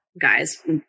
guys